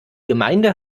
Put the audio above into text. gemeinde